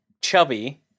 chubby